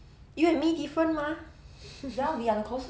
you and me different mah